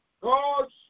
God's